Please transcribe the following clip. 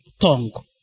Tongue